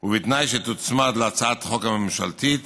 ובתנאי שתוצמד להצעת החוק הממשלתית